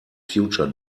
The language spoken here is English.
future